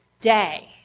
day